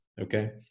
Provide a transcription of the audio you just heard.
okay